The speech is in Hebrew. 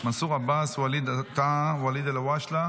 מנסור עבאס, ווליד טאהא, ואליד אלהואשלה,